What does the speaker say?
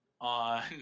on